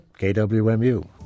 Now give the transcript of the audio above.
KWMU